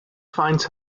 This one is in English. finds